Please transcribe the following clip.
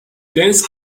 dense